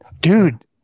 Dude